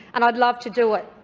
and i'd love to do it.